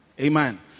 Amen